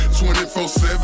24-7